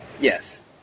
Yes